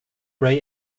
ray